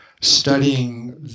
studying